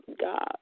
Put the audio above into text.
God